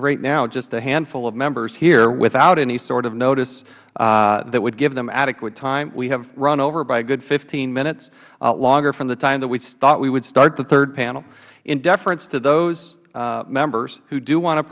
right now just a handful of members here without any sort of notice that would give them adequate time we have run over by a good fifteen minutes longer from the time that we thought we would start the third panel in deference to those members who do want to